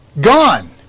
gone